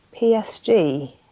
PSG